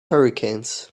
hurricanes